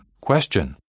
Question